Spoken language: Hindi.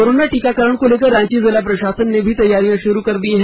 कोरोना टीकाकरण को लेकर रांची जिला प्रशासन ने भी तैयारी शुरू कर दी है